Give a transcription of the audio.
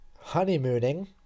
honeymooning